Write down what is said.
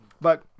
But-